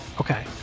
Okay